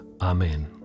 Amen